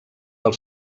del